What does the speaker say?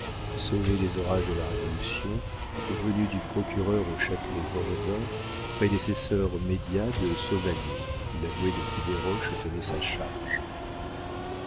sauvé des orages de la révolution venu du procureur au châtelet bordin prédécesseur médiat de sauvagnest l'avoué de qui desroches tenait sa charge